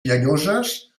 llenyoses